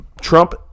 Trump